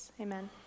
amen